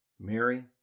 Mary